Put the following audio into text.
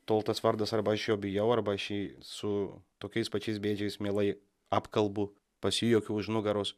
tol tas vardas arba aš jo bijau arba aš jį su tokiais pačiais bėdžiais mielai apkalbu pasijuokiu už nugaros